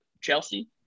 Chelsea